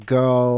go